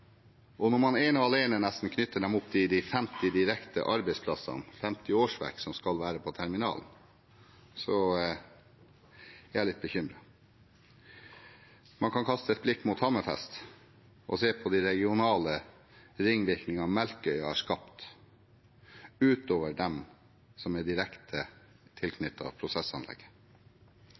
Når man ene og alene nesten direkte knytter dem opp til de 50 årsverkene som skal være på terminalen, er jeg litt bekymret. Man kan kaste et blikk mot Hammerfest og se på de regionale ringvirkningene Melkøya har skapt utover dem som er direkte tilknyttet prosessanlegget.